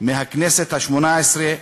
מהכנסת השמונה-עשרה,